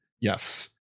Yes